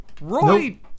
Roy